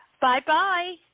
Bye-bye